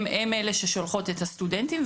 הן אלה ששולחות את הסטודנטים.